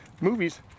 movies